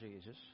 Jesus